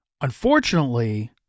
Unfortunately